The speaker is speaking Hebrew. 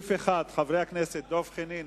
לסעיף 1, חבר הכנסת דב חנין,